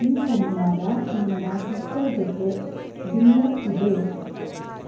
ಈ ಶನಿವಾರ ನನ್ನ ಸಿಸ್ಟರ್ ಜೊತೆ ಡಿನ್ನರ್ ಇದೆ